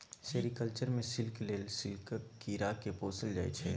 sericulture मे silk लेल सिल्कक कीरा केँ पोसल जाइ छै